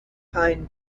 pine